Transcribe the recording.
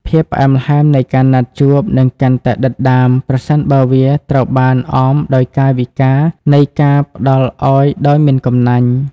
ភាពផ្អែមល្ហែមនៃការណាត់ជួបនឹងកាន់តែដិតដាម ប្រសិនបើវាត្រូវបានអមដោយកាយវិការនៃការផ្ដល់ឱ្យដោយមិនកំណាញ់។